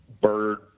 bird